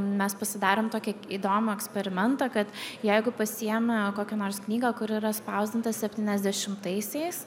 mes pasidarėm tokį įdomų eksperimentą kad jeigu pasiimi kokią nors knygą kur yra spausdinta septyniasdešimtaisiais